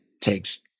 takes